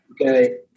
okay